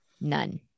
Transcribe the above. None